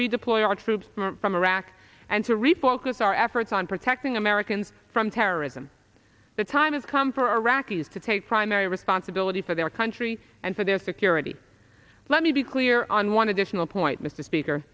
redeploy our troops from iraq and to refocus our efforts on protecting americans from terrorism the time has come for iraqis to take primary responsibility for their country and for their security let me be clear on one additional point mr speaker